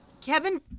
Kevin